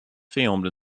filmed